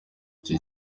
iki